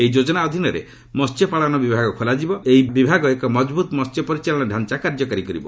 ଏହି ଯୋଜନା ଅଧୀନରେ ମହ୍ୟପାଳନ ବିଭାଗ ଖୋଲାଯିବ ଏବଂ ଏହି ବିଭାଗ ଏକ ମଜବୁତ୍ ମହ୍ୟ ପରିଚାଳନା ଢାଞ୍ଚା କାର୍ଯ୍ୟକାରୀ କରିବ